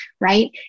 right